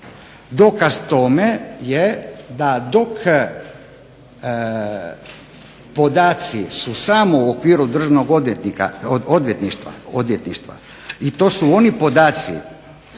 Dokaz tome je da dok podaci su samo u okviru državnog odvjetništva i to su oni podaci